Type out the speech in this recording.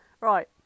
Right